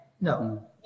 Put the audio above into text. No